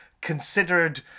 considered